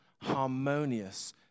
harmonious